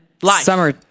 summer